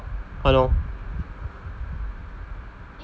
!hannor!